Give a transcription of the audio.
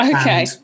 okay